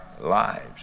lives